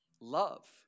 love